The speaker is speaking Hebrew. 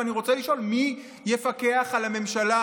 ואני רוצה לשאול, מי יפקח על הממשלה?